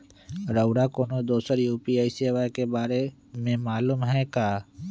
रउरा कोनो दोसर यू.पी.आई सेवा के बारे मे मालुम हए का?